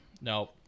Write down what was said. No